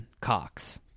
Cox